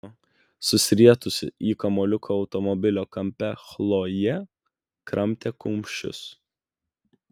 susirietusi į kamuoliuką automobilio kampe chlojė kramtė kumščius